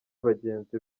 bagenzi